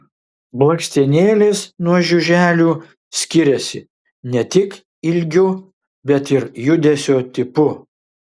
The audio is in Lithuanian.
blakstienėlės nuo žiuželių skiriasi ne tik ilgiu bet ir judesio tipu